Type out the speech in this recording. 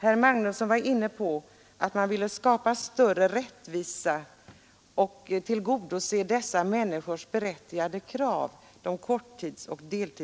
Herr Magnusson i Nennesholm ville att man skulle skapa större rättvisa och tillgodose de korttidsoch deltidsanställdas berättigade krav.